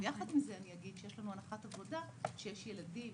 יחד עם זה, יש לנו הנחת עבודה שיש ילדים